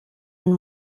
and